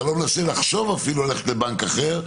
אתה לא מנסה לחשוב אפילו ללכת לבנק אחר,